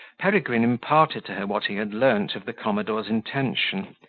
peregrine imparted to her what he had learnt of the commodore's intention,